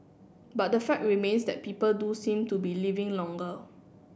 but the fact remains that people do seem to be living longer